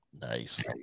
Nice